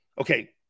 Okay